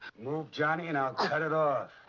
move, johnny, and i'll cut it off.